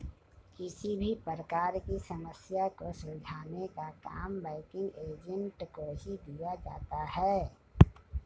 किसी भी प्रकार की समस्या को सुलझाने का काम बैंकिंग एजेंट को ही दिया जाता है